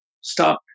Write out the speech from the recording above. stop